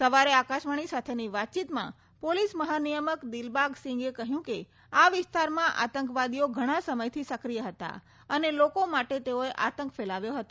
સવારે આકાશવાણી સાથેની વાતચીતમાં પોલીસ મહાનિયામક દિલબાગ સિંઘે કહ્યું કે આ વિસ્તારમાં આતંકવાદીઓ ઘણા સમયથી સક્રિયા હતા અને લોકો માટે આતંક ફેલાવ્યો હતો